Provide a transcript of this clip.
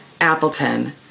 Appleton